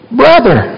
brother